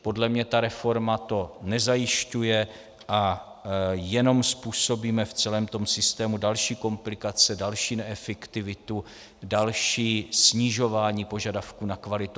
Podle mě to ta reforma nezajišťuje a jenom způsobíme v celém systému další komplikace, další neefektivitu, další snižování požadavků na kvalitu.